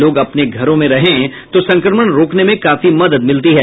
लोग अपने घरों में रहे तो संक्रमण रोकने में काफी मदद मिलती है